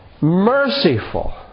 merciful